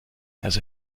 has